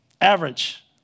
Average